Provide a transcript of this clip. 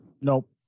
Nope